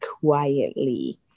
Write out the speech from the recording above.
quietly